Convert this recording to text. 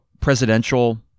presidential